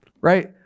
right